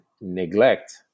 neglect